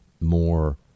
more